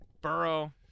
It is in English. Burrow